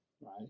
right